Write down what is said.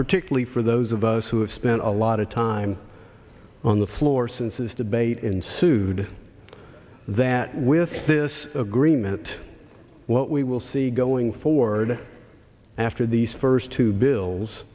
particularly for those of us who have spent a lot of time on the floor since this debate ensued that with this agreement what we will see going forward after these first two bills